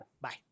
Bye